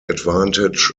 advantage